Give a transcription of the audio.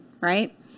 right